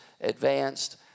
advanced